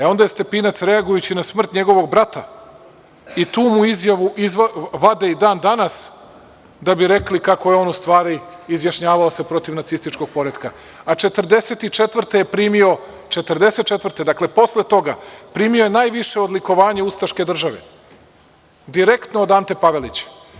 E, onda je Stepinac reagujući na smrt njegovog brata, i tu mu izjavu vade i dan danas da bi rekli kako se on u stvari izjašnjavao protiv nacističkog poretka, a 1944. godine je primio, dakle posle toga, najviše odlikovanje ustaške države direktno od Ante Pavelića.